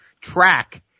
track